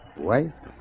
wife